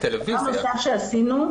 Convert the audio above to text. דבר נוסף שעשינו,